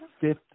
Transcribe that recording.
fifth